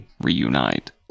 reunite